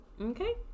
Okay